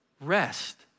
rest